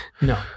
no